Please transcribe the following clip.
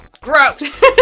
Gross